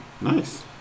Nice